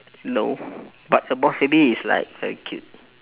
no but the boss baby is like very cute